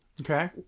Okay